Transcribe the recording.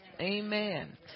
amen